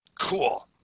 cool